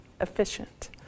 efficient